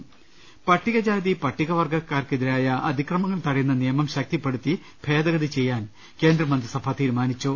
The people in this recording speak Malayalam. ്് പട്ടികജാതി പട്ടികവർഗ്ഗുക്കാർക്കെതിരായ അതിക്രമങ്ങൾ തട യുന്ന നിയമം ശക്തിപ്പെടുത്തി ഭേദഗതി ചെയ്യാൻ കേന്ദ്രമന്ത്രിസഭ തീരുമാ നിച്ചു